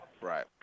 Right